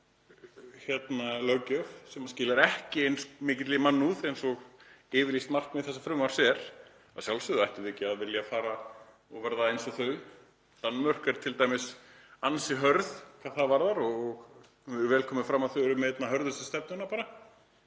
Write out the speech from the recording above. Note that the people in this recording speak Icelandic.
verri löggjöf sem skilar ekki eins mikilli mannúð eins og yfirlýst markmið þessa frumvarps er þá að sjálfsögðu ættum við ekki að vilja fara og verða eins og þau. Danmörk er t.d. ansi hörð hvað það varðar og vel komið fram að Danir eru með einna hörðustu stefnuna.